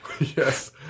Yes